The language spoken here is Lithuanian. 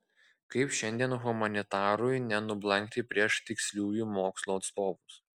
kaip šiandien humanitarui nenublankti prieš tiksliųjų mokslų atstovus